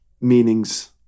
meanings